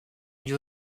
lui